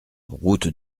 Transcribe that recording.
route